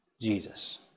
Jesus